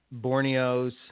Borneos